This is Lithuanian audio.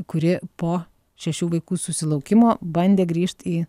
kuri po šešių vaikų susilaukimo bandė grįžt į